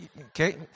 Okay